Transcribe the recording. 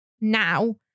now